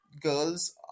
girls